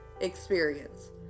experience